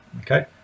Okay